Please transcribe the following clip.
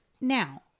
now